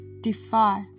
defy